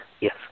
Yes